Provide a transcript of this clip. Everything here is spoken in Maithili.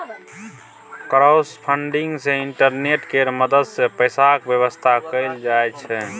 क्राउडफंडिंग सँ इंटरनेट केर मदद सँ पैसाक बेबस्था कएल जाइ छै